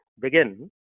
begin